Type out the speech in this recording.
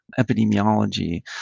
epidemiology